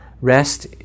rest